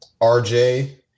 RJ